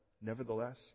Nevertheless